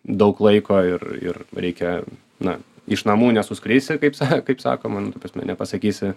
daug laiko ir ir reikia na iš namų nesuskrisi kaip sa kaip sakoma nu ta prasme nepasakysi